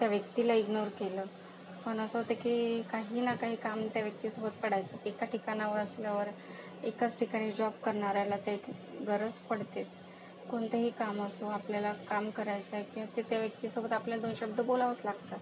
त्या व्यक्तीला इग्नोर केलं पण असं होतं की काही ना काही काम त्या व्यक्तीसोबत पडायचं एका ठिकाणावर असल्यावर एकाच ठिकाणी जॉब करणाऱ्याला ते गरज पडतेच कोणतेही काम असो आपल्याला काम करायचंय ते ती त्या व्यक्तीसोबत आपल्याला दोन शब्द बोलावंच लागतात